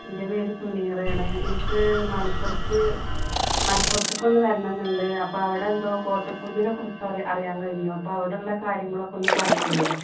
എൻ്റെ പേര് സുനീറയാണ് എനിക്ക് മലപ്പുറത്ത് മലപ്പുറത്തേക്ക് ഒന്ന് വരണം എന്നുണ്ട് അപ്പോൾ അവിടെ എന്തോ കോട്ടക്കുന്നിനെക്കുറിച്ച് അറി അറിയാൻ കഴിഞ്ഞു അപ്പം അവിടെ ഉള്ള കാര്യങ്ങളൊക്കെ ഒന്ന് പറഞ്ഞ് തരുമോ